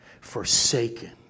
forsaken